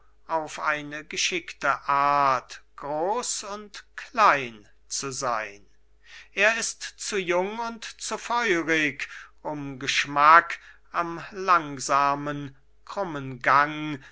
auf eine geschickte art groß und klein zu sein er ist zu jung und zu feurig um geschmack am langsamen krummen gang